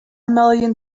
million